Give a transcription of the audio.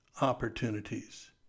opportunities